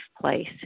place